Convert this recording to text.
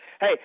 Hey